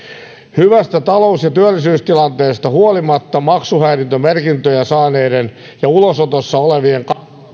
hyvästä talous ja työllisyystilanteesta huolimatta maksuhäiriömerkintöjä saaneiden ja ulosotossa olevien kansalaisten määrä kasvaa